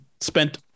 spent